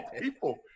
people